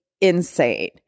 insane